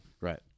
right